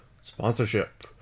sponsorship